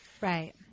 right